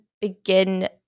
begin